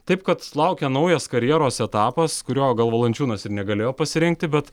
taip kad laukia naujas karjeros etapas kurio gal valančiūnas ir negalėjo pasirinkti bet